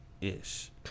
Ish